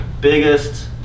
biggest